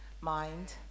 mind